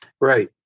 Right